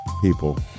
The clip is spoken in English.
people